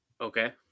Okay